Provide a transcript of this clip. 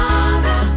Father